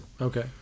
Okay